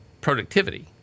productivity